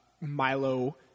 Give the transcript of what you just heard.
Milo